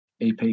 EP